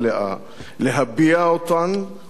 להביע אותן ולהילחם עליהן.